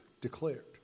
declared